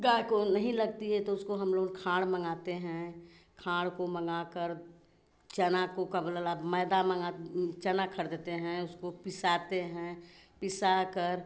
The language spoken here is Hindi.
गाय को नहीं लगती है तो उसको हम लोग खाँड़ मँगाते हैं खाँड़ को मँगाकर चना को का बोला ला मैदा मँगा चना खरीदते हैं उसको पिसाते हैं पिसाकर